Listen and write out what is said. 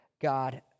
God